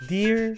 Dear